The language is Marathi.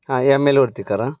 हां ह्या मेलवरती करा